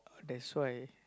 that's why